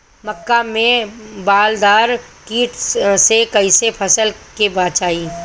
मक्का में बालदार कीट से कईसे फसल के बचाई?